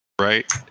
right